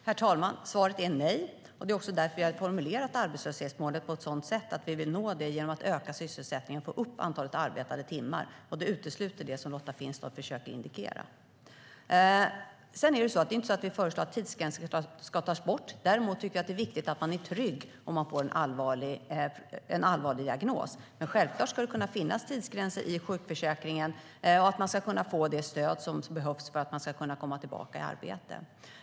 Herr talman! Svaret är nej. Det är därför vi har formulerat arbetslöshetsmålet på ett sådant sätt. Vi vill nå det genom att öka sysselsättningen och få upp antalet arbetade timmar. Det utesluter det som Lotta Finstorp försöker indikera. Vi föreslår inte att tidsgränsen ska tas bort. Däremot tycker jag att det är viktigt att man är trygg om man får en allvarlig diagnos. Det är självklart att det ska kunna finnas tidsgränser i sjukförsäkringen och att man ska kunna få det stöd som behövs för att komma tillbaka i arbete.